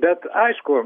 bet aišku